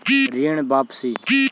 ऋण वापसी?